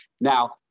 now